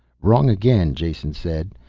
wrong again, jason said.